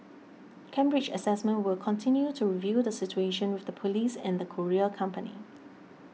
Cambridge Assessment will continue to review the situation with the police and the courier company